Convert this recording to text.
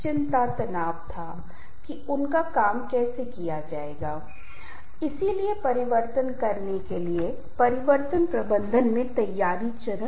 हमें इस बात की अनदेखी नहीं करनी चाहिए कि हम केवल इस बात को स्वीकार नहीं कर सकते कि जो भी रिश्ता है वह लोग समझेंगे और यह हमेशा जारी रहेगा